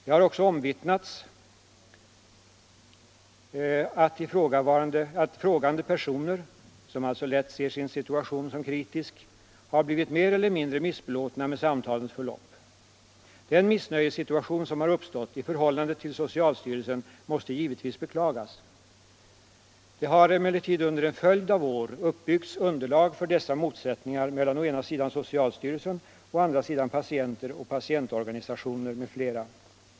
Det har också omvittnats att frågande personer — som alltså lätt ser sin situation som kritisk — har blivit mer cller mindre missbelåtna med samtalens förlopp. Den missnöjessituation som har uppstått i förhållandet till socialstyrelsen måste givetvis beklagas. Det har emellertid under en följd av år byggts upp ett underlag för dessa motsättningar mellan å ena sidan socialstyrelsen och å andra sidan patienter och patientorganisationer m.fl.